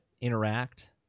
interact